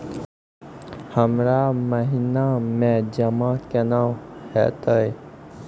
हमरा महिना मे जमा केना हेतै?